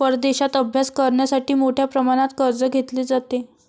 परदेशात अभ्यास करण्यासाठी मोठ्या प्रमाणात कर्ज घेतले जाते